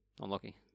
unlucky